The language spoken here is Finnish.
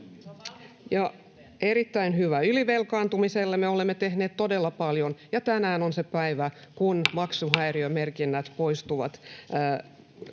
Erittäin hyvä. Ylivelkaantumiselle me olemme tehneet todella paljon, ja tänään on se päivä, kun maksuhäiriömerkinnät poistuvat